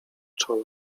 czole